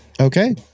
Okay